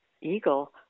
eagle